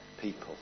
people